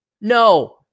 no